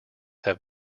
have